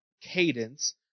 cadence